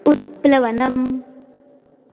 उत्प्लवनम्